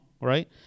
right